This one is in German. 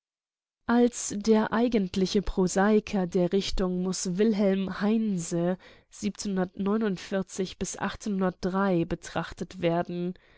als der eigentliche prosaiker der richtung muß wilhelm heinz betrachtet werden